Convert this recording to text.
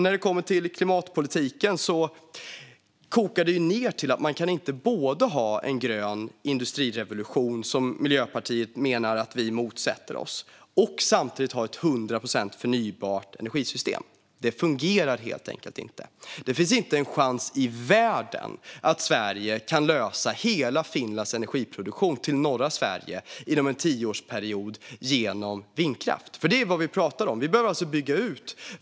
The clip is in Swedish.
När det gäller klimatpolitiken kokar det ned till att man inte kan ha både en grön industrirevolution, som Miljöpartiet menar att vi motsätter oss, och ett 100 procent förnybart energisystem. Det fungerar helt enkelt inte. Det finns inte en chans i världen att Sverige kan klara motsvarande hela Finlands energiproduktion till norra Sverige inom en tioårsperiod genom vindkraft, för det är vad vi pratar om.